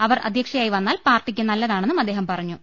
അവർ അധ്യക്ഷയായി വന്നാൽ പാർട്ടിക്കത് നല്ലതാണെന്നും അദ്ദേഹം പറഞ്ഞു